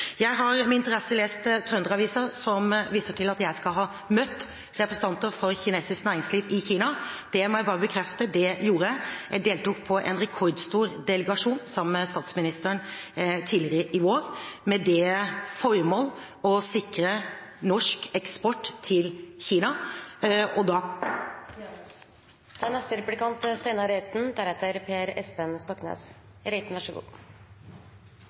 Jeg har med interesse lest Trønder-Avisa, som viser til at jeg skal ha møtt representanter for kinesisk næringsliv i Kina. Det må jeg bare bekrefte: Det gjorde jeg. Jeg deltok i en rekordstor delegasjon sammen med statsministeren tidligere i år, med det formål å sikre norsk eksport til Kina.